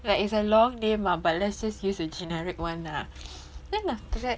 like it's a long name ah but let's just use a generic one ah then after that